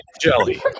Jelly